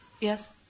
yes